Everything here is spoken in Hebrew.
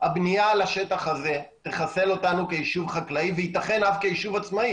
הבנייה על השטח הזה תחסל אותנו כיישוב חקלאי ויתכן אף כיישוב עצמאי.